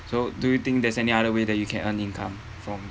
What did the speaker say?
so do you think there's any other way that you can earn income from